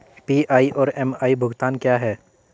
PI और MI भुगतान क्या हैं?